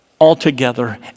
altogether